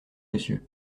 monsieur